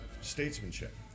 statesmanship